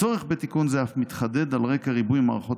הצורך בתיקון זה אף מתחדד על רקע ריבוי מערכות